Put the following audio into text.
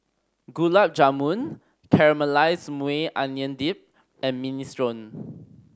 Gulab Jamun Caramelized Maui Onion Dip and Minestrone